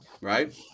right